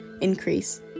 increase